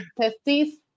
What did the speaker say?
testes